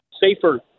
Safer